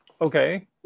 okay